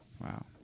Wow